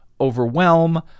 overwhelm